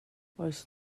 oes